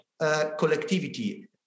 collectivity